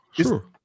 sure